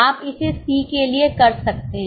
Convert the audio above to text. आप इसे सी के लिए कर सकते हैं